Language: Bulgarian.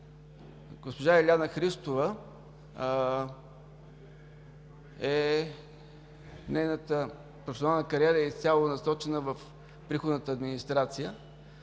госпожа Илиана Христова. Нейната професионална кариера е изцяло насочена в приходната администрация.